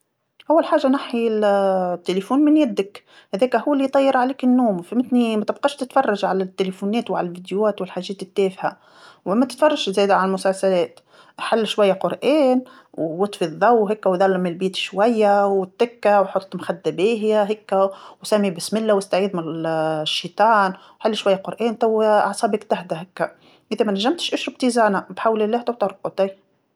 أول حاجه نحي ال- التيليفون من يدك، هذاكا هو اللي يطير عليك النوم، فهمتني، ما تبقاش تتفرج على التليفونات وعلى الفيديوات والحاجات التافهة، وما تتفرجش زاده على المسلسلات، حل شويه قرآن وط- طفي الضو هاكا وظلم البيت شويه وتكى وحط مخده باهيه هكا وسمي باسم الله واستعذ من ال- الشيطان، حل شويه قرآن توا أعصابك تهدا هاكا، إذا ما نجمتش اشرب تيزانه، بحول الله تترقد أي.